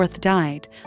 died